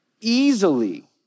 easily